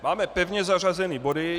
Máme pevně zařazené body.